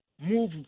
move